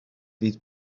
fydd